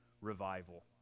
revival